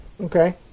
Okay